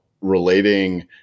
relating